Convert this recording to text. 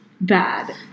bad